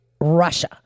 Russia